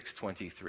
6.23